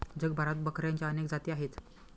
जगभरात बकऱ्यांच्या अनेक जाती आहेत